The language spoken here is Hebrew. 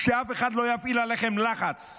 שאף אחד לא יפעיל עלכם לחץ,